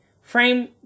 Frame